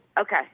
Okay